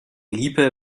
liebe